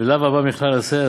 ולאו הבא מכלל עשה,